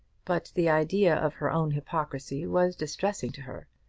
but the idea of her own hypocrisy was distressing to her,